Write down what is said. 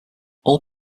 all